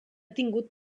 tingut